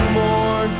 more